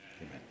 Amen